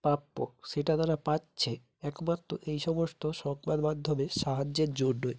প্রাপ্য সেটা তারা পাচ্ছে একমাত্র এই সমস্ত সংবাদ মাধ্যমের সাহায্যের জন্যই